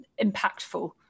impactful